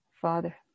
father